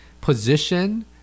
position